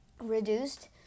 reduced